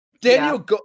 Daniel